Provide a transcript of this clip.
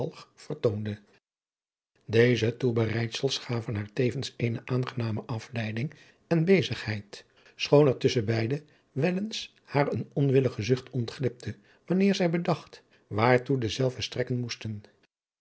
deze toebereidsels gaven haar tevens eene aangename asleiding en bezigheid schoon er tusschen beide wel eens haar een onwillige zucht ontglipte wanneer zij bedacht waartoe dezelve strekken moesten